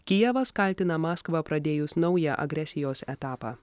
kijevas kaltina maskvą pradėjus naują agresijos etapą